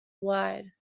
wide